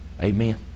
Amen